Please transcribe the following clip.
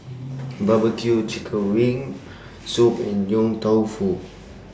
Barbecue Chicken Wings Herbal Soup and Yong Tau Foo